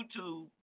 YouTube